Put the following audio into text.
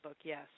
yes